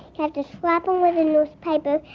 have to slap him with a newspaper.